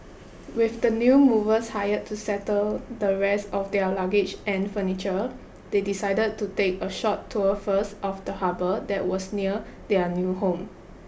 with the new movers hired to settle the rest of their luggage and furniture they decided to take a short tour first of the harbour that was near their new home